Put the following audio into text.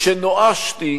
שמשנואשתי,